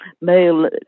male